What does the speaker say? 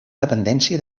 dependència